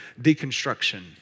deconstruction